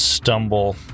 stumble